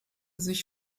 sich